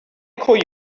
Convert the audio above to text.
call